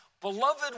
Beloved